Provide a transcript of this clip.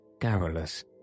garrulous